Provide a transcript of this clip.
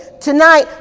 tonight